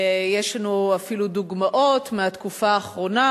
ויש לנו אפילו דוגמאות מהתקופה האחרונה,